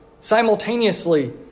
simultaneously